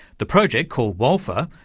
the project called walfa,